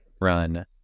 Run